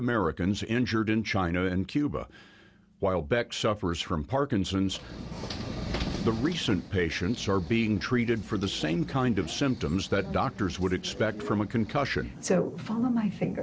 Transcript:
americans injured in china and cuba while beck suffers from parkinson's the recent patients are being treated for the same kind of symptoms that doctors would expect from a concussion so for them i think